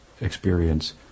experience